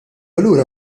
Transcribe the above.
allura